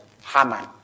Haman